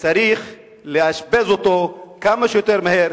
שצריך לאשפז אותו כמה שיותר מהר.